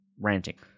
ranting